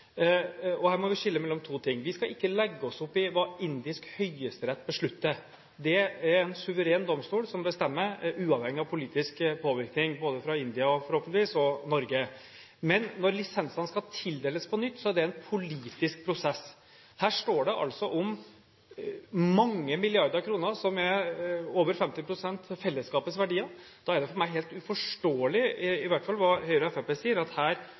Her må vi skille mellom to ting: Vi skal ikke legge oss opp i hva indisk høyesterett beslutter. Det er en suveren domstol, som bestemmer uavhengig av politisk påvirkning – verken fra India, forhåpentligvis, eller fra Norge. Men når lisensene skal tildeles på nytt, er det en politisk prosess. Her står det altså om mange milliarder kroner hvorav over 50 pst. er fellesskapets verdier. Da er det for meg i hvert fall helt uforståelig hva Høyre og Fremskrittspartiet sier, at vi må overlate dette bare til styret i Telenor. Her